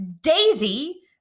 Daisy